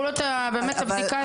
כמעסיק.